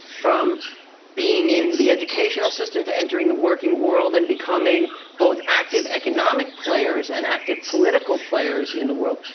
from being in the educational system to entering the working world and becoming both active economic players and active political players in the world,